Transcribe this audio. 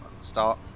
start